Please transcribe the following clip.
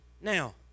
Now